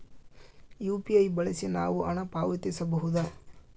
UPI ಬಳಸಿ ನಾವು ಹಣ ಪಾವತಿಸಬಹುದಾ?